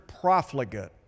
profligate